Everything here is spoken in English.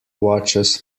watches